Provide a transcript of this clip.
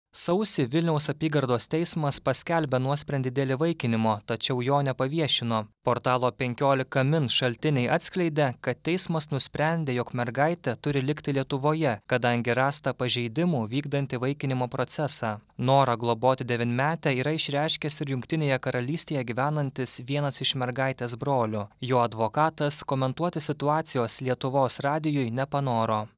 sausį vilniaus apygardos teismas paskelbė nuosprendį dėl įvaikinimo tačiau jo nepaviešino portalo penkiolika min šaltiniai atskleidė kad teismas nusprendė jog mergaitė turi likti lietuvoje kadangi rasta pažeidimų vykdant įvaikinimo procesą norą globoti devynmetę yra išreiškęs ir jungtinėje karalystėje gyvenantis vienas iš mergaitės brolių jo advokatas komentuoti situacijos lietuvos radijui nepanoro